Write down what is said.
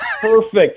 perfect